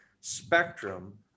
spectrum